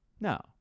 No